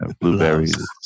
blueberries